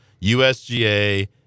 USGA